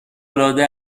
العاده